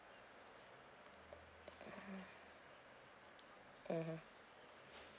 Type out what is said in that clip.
mm mmhmm